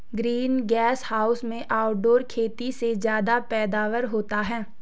green gas house में outdoor खेती से ज्यादा पैदावार होता है